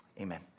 amen